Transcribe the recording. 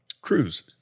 cruise